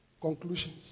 Conclusions